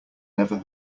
never